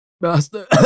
Master